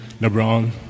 LeBron